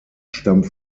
stammt